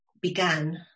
began